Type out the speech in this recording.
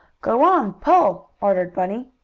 go on, pull! ordered bunny.